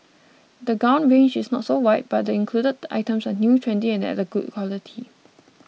the gown range is not so wide but the included items are new trendy and at good quality